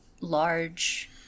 large